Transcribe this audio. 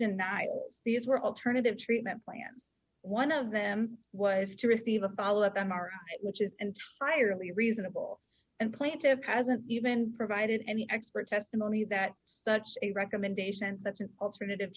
denials these were alternative treatment plans one of them was to receive a follow up m r i which is and hire only reasonable and plan to have hasn't even provided any expert testimony that such a recommendation such an alternative